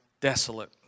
desolate